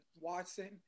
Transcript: Watson